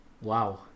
Wow